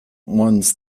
ones